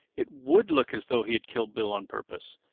it would look as though he had killed bill on purpose.